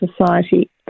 Society